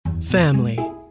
Family